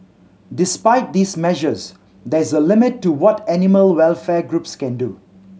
despite these measures there is a limit to what animal welfare groups can do